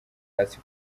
hasi